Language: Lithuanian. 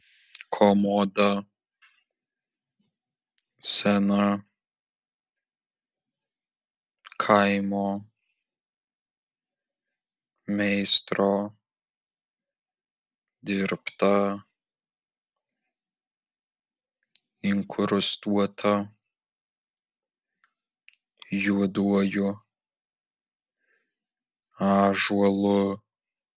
komoda sena kaimo meistro dirbta inkrustuota juoduoju ąžuolu